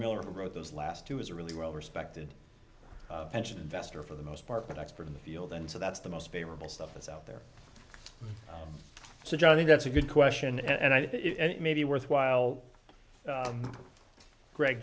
miller wrote those last two as a really well respected pension investor for the most part that expert in the field and so that's the most favorable stuff that's out there so johnny that's a good question and i think it may be worthwhile greg